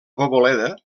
poboleda